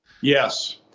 Yes